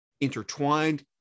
intertwined